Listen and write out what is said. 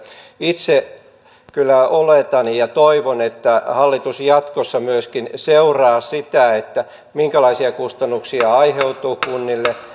itse kyllä oletan ja toivon että hallitus jatkossa myöskin seuraa sitä minkälaisia kustannuksia aiheutuu esimerkiksi kunnille